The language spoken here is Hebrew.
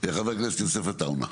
חבר הכנסת יוסף עטאונה.